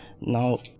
Now